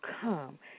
come